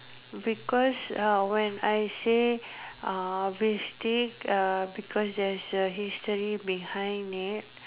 because uh when I say uh beef steak because uh there's a history behind it